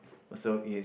also is